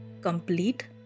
complete